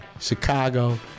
Chicago